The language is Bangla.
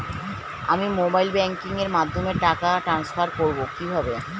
আমি মোবাইল ব্যাংকিং এর মাধ্যমে টাকা টান্সফার করব কিভাবে?